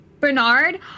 bernard